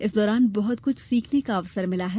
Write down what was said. इस दौरान बहुत कुछ सीखने का अवसर मिला है